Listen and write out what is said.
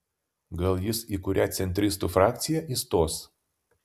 gal jis į kurią centristų frakciją įstos